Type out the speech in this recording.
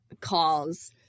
calls